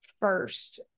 first